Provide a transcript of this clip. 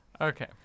Okay